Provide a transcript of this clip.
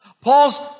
Paul's